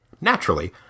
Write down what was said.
Naturally